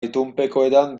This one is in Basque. itunpekoetan